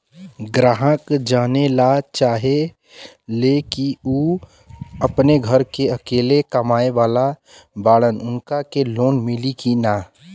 ग्राहक जानेला चाहे ले की ऊ अपने घरे के अकेले कमाये वाला बड़न उनका के लोन मिली कि न?